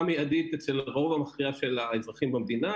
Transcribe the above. מיידית אצל הרוב המכריע של האזרחים במדינה,